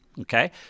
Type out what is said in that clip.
Okay